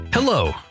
Hello